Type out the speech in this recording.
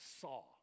saw